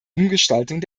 umgestaltung